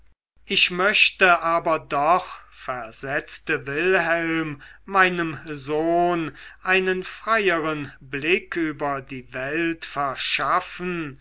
ich möchte aber doch versetzte wilhelm meinem sohn einen freieren blick über die welt verschaffen